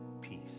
peace